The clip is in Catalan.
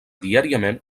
diàriament